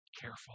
careful